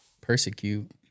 persecute